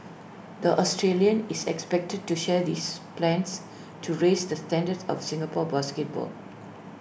the Australian is expected to share this plans to raise the standards of Singapore basketball